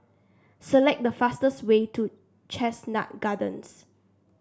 select the fastest way to Chestnut Gardens